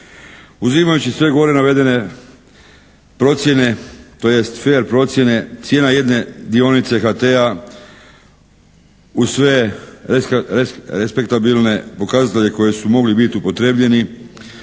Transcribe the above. Uzimajući sve gore navedene procjene, tj. fer procjene, cijena jedne dionice HT-a uz sve respektabilne pokazatelje koji su mogli biti upotrijebljeni